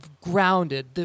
grounded